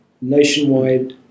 nationwide